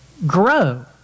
Grow